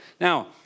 Now